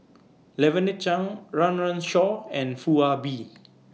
Lavender Chang Run Run Shaw and Foo Ah Bee